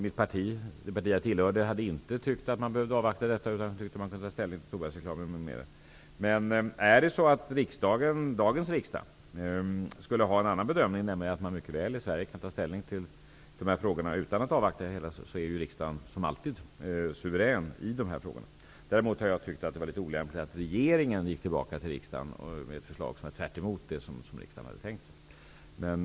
Det parti som jag tillhörde tyckte inte att man behövde avvakta detta, utan det tyckte att man kunde ta ställning till tobaksreklamen m.m. Om riksdagen skulle ha en annan bedömning -- att man i Sverige mycket väl kan ta ställning till de här frågorna utan att avvakta det hela -- vill jag säga att riksdagen ju som alltid är suverän i dessa frågor. Jag har däremot tyckt att det har varit litet olämpligt att regeringen skulle gå tillbaka till riksdagen med förslag som var motsatta dem som riksdagen hade tänkt sig.